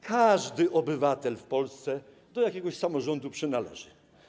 Każdy obywatel w Polsce do jakiegoś samorządu przynależy.